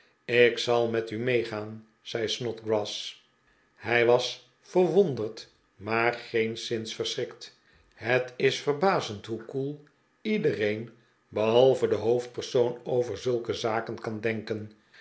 ik zal met u meegaan zei snodgrass hij was verwonderd maar geenszins verschrikt het is verbazend hoe koel iedereen behalve de hoofdpersoon over zulke zaken kan denken